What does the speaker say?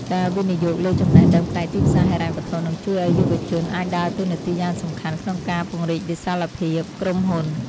ការវិនិយោគលើចំណេះដឹងផ្នែកទីផ្សារហិរញ្ញវត្ថុនឹងជួយឱ្យយុវជនអាចដើរតួនាទីយ៉ាងសំខាន់ក្នុងការពង្រីកវិសាលភាពក្រុមហ៊ុន។